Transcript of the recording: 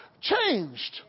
changed